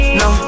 no